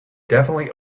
definitely